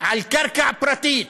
על קרקע פרטית.